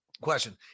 question